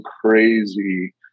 crazy